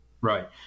Right